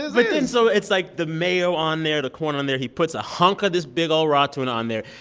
is but like then so it's like the mayo on there, the corn on there. he puts a hunk of this big ol raw tuna on there.